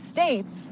States